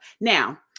Now